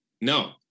no